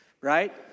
right